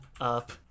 up